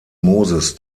moses